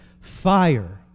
fire